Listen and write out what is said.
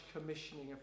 commissioning